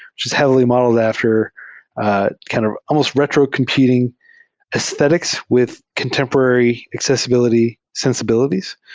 which is heavily modeled after kind of almost retro competing aesthetics with contemporary accessibility sensibilities.